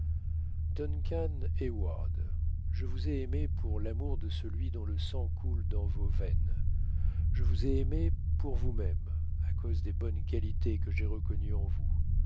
duncan heyward je vous ai aimé pour l'amour de celui dont le sang coule dans vos veines je vous ai aimé pour vousmême à cause des bonnes qualités que j'ai reconnues en vous